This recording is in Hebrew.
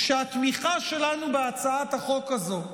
שהתמיכה שלנו בהצעת החוק הזו,